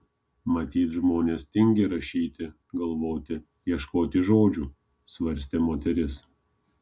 matyt žmonės tingi rašyti galvoti ieškoti žodžių svarstė moteris